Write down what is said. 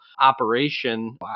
operation